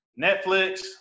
Netflix